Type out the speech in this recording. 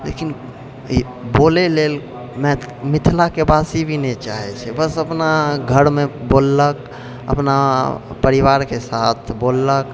लेकिन ई बोलै लेल मिथिलाके वासी भी नहि चाहैत छै बस अपना घरमे बोललक अपना परिवारके साथ बोललक